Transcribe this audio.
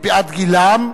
מפאת גילם?